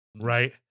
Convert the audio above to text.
Right